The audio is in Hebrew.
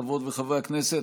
חברות וחברי הכנסת,